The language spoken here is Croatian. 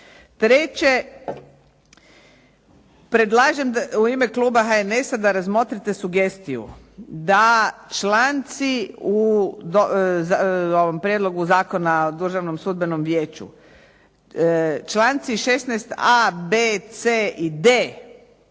Treće, predlažem u ime kluba HNS-a da razmotrite sugestiju da članci u Prijedlogu zakona o Državnom sudbenom vijeću, članci 16.a, b, c i d